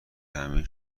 همه